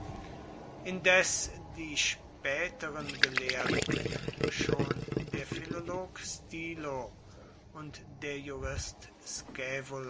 indes die späteren gelehrten schon der philolog stilo und der jurist